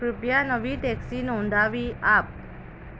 કૃપયા નવી ટેક્સી નોંધાવી આપ